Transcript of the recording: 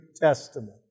Testament